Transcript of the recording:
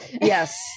Yes